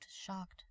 shocked